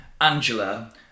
Angela